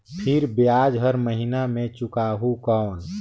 फिर ब्याज हर महीना मे चुकाहू कौन?